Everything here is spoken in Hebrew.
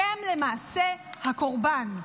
למעשה אתם הקורבן.